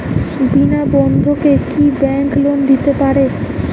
বিনা বন্ধকে কি bank loan দিতে পারে?